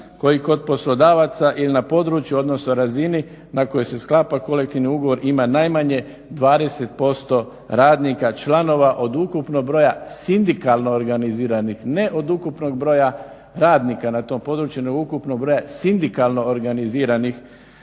koji kod poslodavaca ili na području, odnosno razini na kojoj se sklapa kolektivni ugovor ima najmanje 20% radnika, članova od ukupnog broja sindikalno organiziranih, ne od ukupnog broja radnika na tom području nego ukupnog broja sindikalno organiziranih